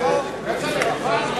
לדיון מוקדם בוועדה לא נתקבלה.